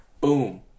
Boom